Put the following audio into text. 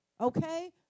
Okay